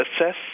assess